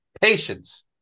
Patience